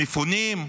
מפונים,